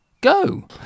go